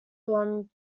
from